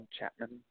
Chapman